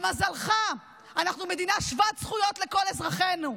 למזלך אנחנו מדינה שוות זכויות לכל אזרחינו,